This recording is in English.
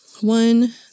One